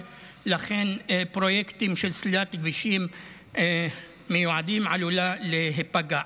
ולכן פרויקטים של סלילת כבישים מיועדים עלולים להיפגע.